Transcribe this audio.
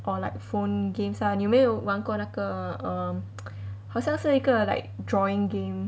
or like phone games lah 你有没有玩过那个 um 好像是一个 like drawing game